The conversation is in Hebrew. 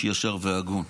איש ישר והגון,